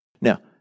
Now